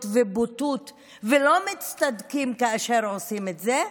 ובוטות ולא מצטדקים כאשר הם עושים את זה,